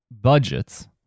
budgets